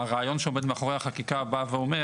הרעיון שעומד מאחורי החקיקה בא ואומר